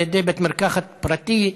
בית המרקחת הפרטי,